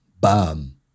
bam